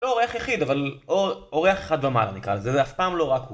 לא אורח יחיד אבל אורח אחד ומעלה נקרא לזה, זה אף פעם לא רק הוא